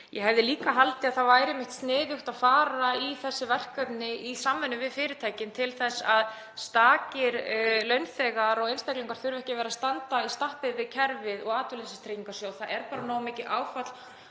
Ég hefði líka haldið að það væri einmitt sniðugt að fara í þessi verkefni í samvinnu við fyrirtækin til að stakir launþegar og einstaklingar þurfi ekki að vera að standa í stappi við kerfið og Atvinnuleysistryggingasjóð. Það er bara nógu mikið áfall